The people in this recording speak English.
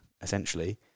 essentially